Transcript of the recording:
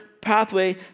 pathway